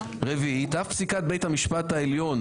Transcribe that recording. רביעית, אף פסיקת בית המשפט העליון